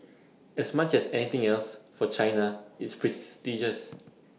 as much as anything else for China it's prestigious